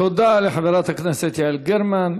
תודה לחברת הכנסת יעל גרמן.